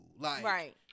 Right